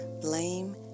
blame